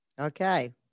Okay